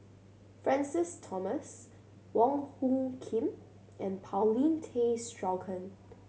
Francis Thomas Wong Hung Khim and Paulin Tay Straughan